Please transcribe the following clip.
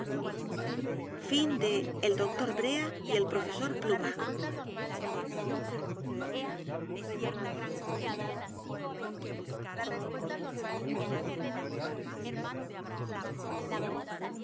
seel doctor brea y el profesor pluma